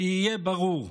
יהיה ברור.